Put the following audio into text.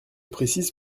précise